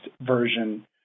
version